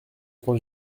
plan